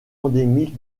endémique